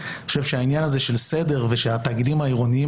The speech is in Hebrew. אני חושב שהעניין הזה של סדר ושהתאגידים העירוניים